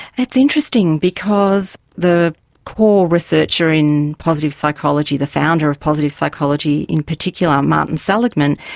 that's interesting, because the core researcher in positive psychology, the founder of positive psychology in particular, martin seligman,